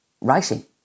writing